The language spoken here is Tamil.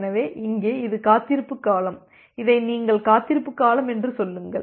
எனவே இங்கே இது காத்திருப்பு காலம் இதை நீங்கள் காத்திருப்பு காலம் என்று சொல்லுங்கள்